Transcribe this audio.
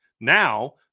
Now